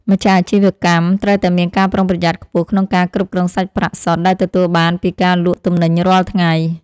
ម្ចាស់អាជីវកម្មត្រូវតែមានការប្រុងប្រយ័ត្នខ្ពស់ក្នុងការគ្រប់គ្រងសាច់ប្រាក់សុទ្ធដែលទទួលបានពីការលក់ទំនិញរាល់ថ្ងៃ។